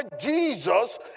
Jesus